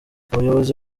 abayobozi